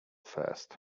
first